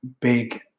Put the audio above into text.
big